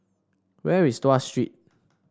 where is Tuas Street